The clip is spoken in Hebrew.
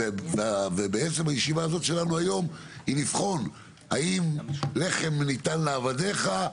ובעצם הישיבה הזאת שלנו היום היא לבחון האם לחם ניתן לעבדיך,